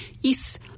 yes